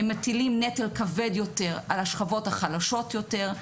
הם מטילים נטל כבד יותר על השכבות החלשות יותר.